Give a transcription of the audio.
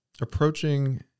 approaching